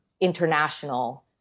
international